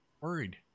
worried